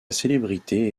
célébrité